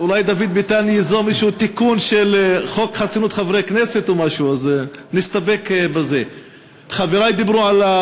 אני לא רוצה להרחיב.